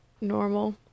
normal